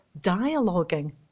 dialoguing